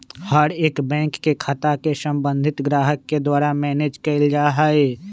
हर एक बैंक के खाता के सम्बन्धित ग्राहक के द्वारा मैनेज कइल जा हई